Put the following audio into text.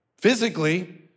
Physically